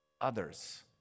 others